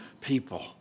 people